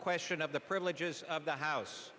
question of the privileges of the house